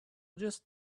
just